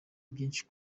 byinshi